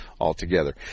altogether